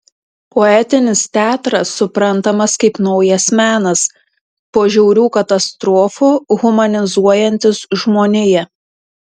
poetinis teatras suprantamas kaip naujas menas po žiaurių katastrofų humanizuojantis žmoniją